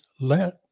let